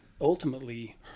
ultimately